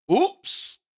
oops